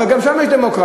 אבל גם שם יש דמוקרטיה.